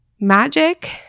Magic